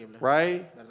Right